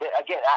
Again